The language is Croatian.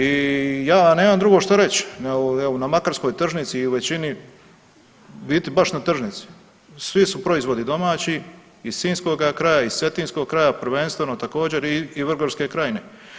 I ja nemam drugo što reći, nego evo na makarskoj tržnici i u većini u biti baš na tržnici svi su proizvodi domaći iz sinjskoga kraja, iz cetinskog kraja prvenstveno također i Vrgorske krajine.